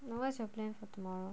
what's your plan for tomorrow